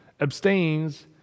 abstains